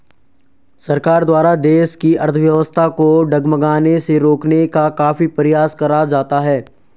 सरकार द्वारा देश की अर्थव्यवस्था को डगमगाने से रोकने का काफी प्रयास करा जाता है